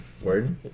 Word